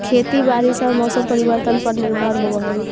खेती बारिश आऊ मौसम परिवर्तन पर निर्भर होव हई